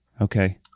Okay